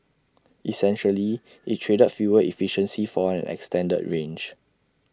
essentially IT traded fuel efficiency for an extended range